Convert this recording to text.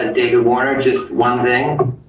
ah david warner, just one thing.